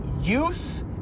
use